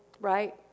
right